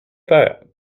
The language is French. peur